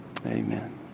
Amen